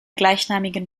gleichnamigen